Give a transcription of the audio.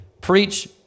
preach